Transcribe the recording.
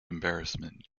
embarrassment